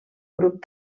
grup